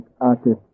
artist